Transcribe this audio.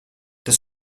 das